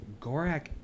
Gorak